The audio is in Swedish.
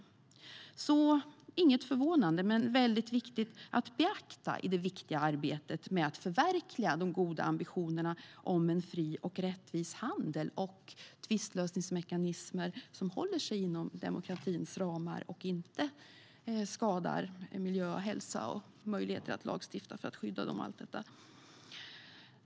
Det är alltså inte förvånande men väldigt viktigt att beakta i det viktiga arbetet med att förverkliga de goda ambitionerna om en fri och rättvis handel och tvistlösningsmekanismer som håller sig inom demokratins ramar och inte skadar miljö och hälsa och möjligheten att lagstifta för att skydda dem mot allt detta.